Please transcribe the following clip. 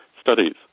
studies